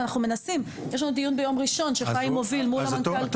יש לנו דיון ביום ראשון, שחיים מוביל מול המנכ״ל.